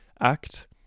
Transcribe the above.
act